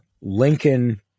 Lincoln